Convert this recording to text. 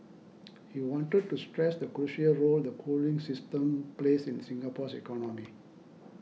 he wanted to stress the crucial role the cooling system plays in Singapore's economy